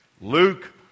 Luke